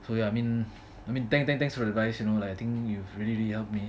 so ya I mean I mean thank thank thanks for the advice you know like I think you've really really helped me